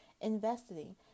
investing